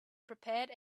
prepared